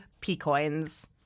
P-Coins